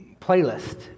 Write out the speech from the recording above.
playlist